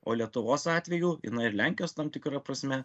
o lietuvos atveju ir na ir lenkijos tam tikra prasme